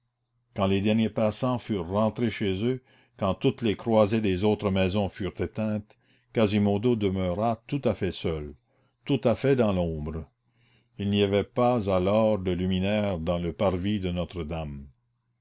quand les derniers passants furent rentrés chez eux quand toutes les croisées des autres maisons furent éteintes quasimodo demeura tout à fait seul tout à fait dans l'ombre il n'y avait pas alors de luminaire dans le parvis de notre-dame